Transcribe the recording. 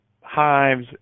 hives